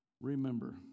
remember